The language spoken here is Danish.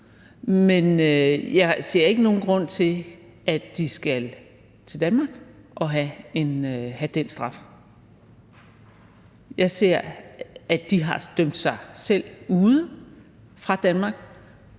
Men jeg ser ikke nogen grund til, at de skal til Danmark og have den straf. Jeg ser, at de har dømt sig selv ude af Danmark,